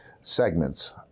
segments